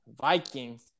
Vikings